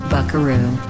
Buckaroo